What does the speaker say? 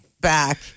back